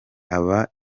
aba